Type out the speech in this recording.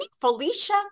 Felicia